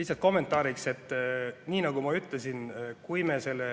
Lihtsalt kommentaariks. Nii nagu ma ütlesin, kui me selle